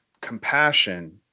compassion